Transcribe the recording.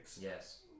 yes